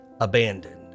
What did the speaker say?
abandoned